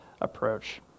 approach